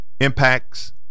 impacts